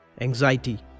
anxiety